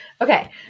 Okay